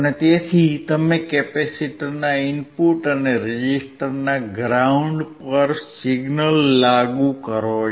તેથી તમે કેપેસિટરના ઇનપુટ અને રેઝિસ્ટરના ગ્રાઉન્ડ પર સિગ્નલ લાગુ કરી શકો છો